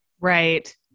right